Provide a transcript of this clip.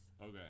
Okay